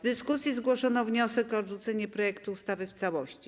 W dyskusji zgłoszono wniosek o odrzucenie projektu ustawy w całości.